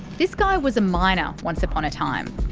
this guy was a miner once upon a time.